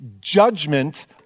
judgment